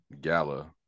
gala